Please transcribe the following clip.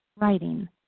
writing